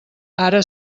ara